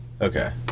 Okay